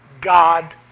God